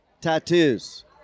tattoos